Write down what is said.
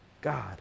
God